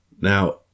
Now